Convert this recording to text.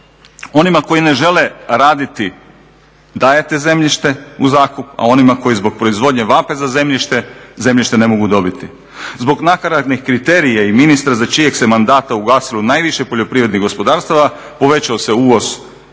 Onima koji ne žele raditi dajete zemljište u zakup, a onima koji zbog proizvodnje vape za zemljištem, zemljište ne mogu dobiti. Zbog nakaradnih kriterija i ministra za čijeg se mandata ugasilo najviše poljoprivrednih gospodarstava povećao se uvoz hrane